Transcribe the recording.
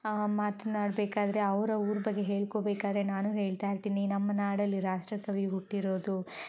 ಮಾತನಾಡಬೇಕಾದರೆ ಅವರ ಊರ ಬಗ್ಗೆ ಹೇಳ್ಕೊಬೇಕಾರೆ ನಾನು ಹೇಳ್ತಾ ಇರ್ತೀನಿ ನಮ್ಮ ನಾಡಲ್ಲಿ ರಾಷ್ಟ್ರಕವಿ ಹುಟ್ಟಿರೋದು